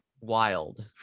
Wild